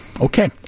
Okay